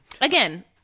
Again